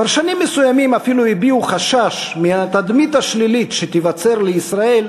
פרשנים מסוימים אפילו הביעו חשש מהתדמית השלילית שתיווצר לישראל,